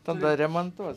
tada remontuoti